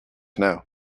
know